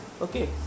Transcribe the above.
okay